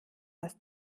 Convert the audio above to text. dass